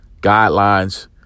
guidelines